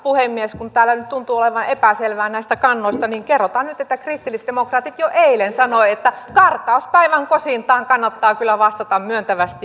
kun täällä nyt tuntuu olevan epäselvyyttä näistä kannoista niin kerrotaan nyt että kristillisdemokraatit jo eilen sanoi että karkauspäivän kosintaan kannattaa kyllä vastata myöntävästi